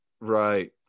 right